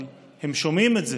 אבל הם שומעים את זה,